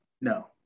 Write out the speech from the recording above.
No